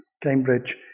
Cambridge